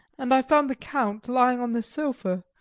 and i found the count lying on the sofa,